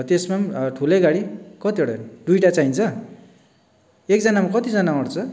त्यसमा ठुलै गाडी कतिवटा दुइवटा चाहिन्छ एकजनामा कतिजना अट्ँछ